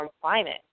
climate